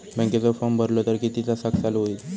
बँकेचो फार्म भरलो तर किती तासाक चालू होईत?